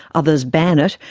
others ban it,